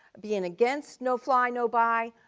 being against no fly, no buy.